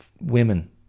women